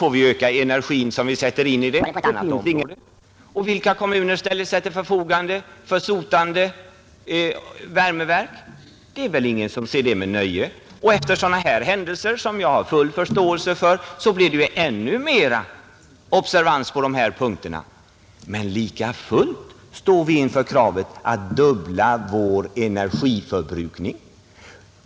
Vill vi inte möta dem på det ena området — som i dag — är vi tvungna att möta dem på ett annat. Och vilka kommuner ställer sig till förfogande för sotande värmeverk? Det är väl ingen som ser det med nöje? Efter sådana här händelser, som jag har full förståelse för, blir observansen när det gäller de här frågorna ännu större. Men likafullt står vi inför kravet att fördubbla vår energiproduktion.